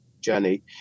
journey